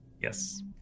Yes